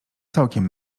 całkiem